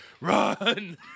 run